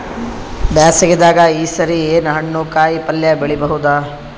ಬ್ಯಾಸಗಿ ದಾಗ ಈ ಸರಿ ಏನ್ ಹಣ್ಣು, ಕಾಯಿ ಪಲ್ಯ ಬೆಳಿ ಬಹುದ?